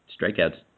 strikeouts